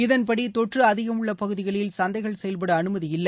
இதன்படி தொற்று அதிகம் உள்ள பகுதிகளில் சந்தைகள் செயல்பட அனுமதி இல்லை